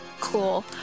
Cool